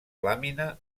làmina